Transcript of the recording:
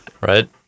Right